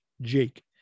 Jake